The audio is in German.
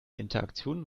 interaktion